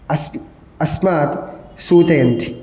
अस्म् अस्मात् सूचयन्ति